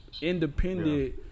independent